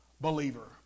believer